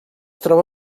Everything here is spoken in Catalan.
troba